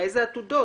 מאיזה עתודות.